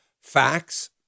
facts